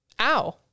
Ow